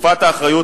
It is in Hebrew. תקופת האחריות,